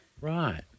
Right